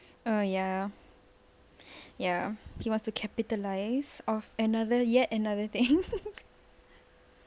err ya ya he wants to capitalise off another yet another thing